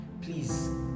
please